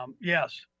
yes